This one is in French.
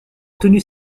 obtenu